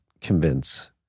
convince